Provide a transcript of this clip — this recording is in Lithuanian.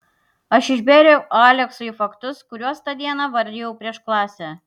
aš išbėriau aleksui faktus kuriuos tą dieną vardijau prieš klasę